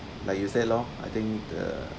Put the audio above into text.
like you said lor I think the